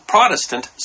Protestant